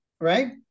right